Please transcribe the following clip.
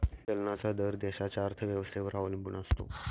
चलनाचा दर देशाच्या अर्थव्यवस्थेवर अवलंबून असतो